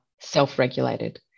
self-regulated